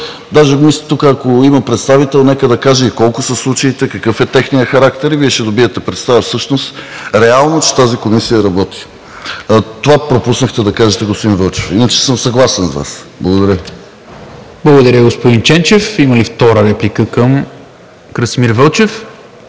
Даже мисля тук, ако има представител, нека да каже и колко са случаите. Какъв е техният характер? Вие ще добиете реална представа, че тази комисия работи. Това пропуснахте да кажете, господин Вълчев. Иначе съм съгласен с Вас. Благодаря. ПРЕДСЕДАТЕЛ НИКОЛА МИНЧЕВ: Благодаря, господин Ченчев. Има ли втора реплика към Красимир Вълчев?